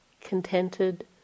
contented